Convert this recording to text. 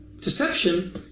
deception